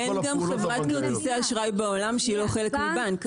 אין גם חברת כרטיסי אשראי בעולם שהיא לא חלק מבנק.